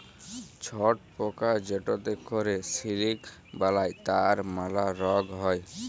ছট পকা যেটতে ক্যরে সিলিক বালাই তার ম্যালা রগ হ্যয়